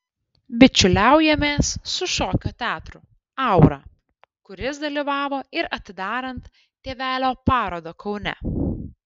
bičiuliaujamės su šokio teatru aura kuris dalyvavo ir atidarant tėvelio parodą kaune